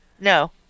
No